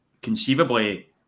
conceivably